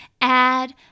Add